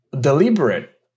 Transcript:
deliberate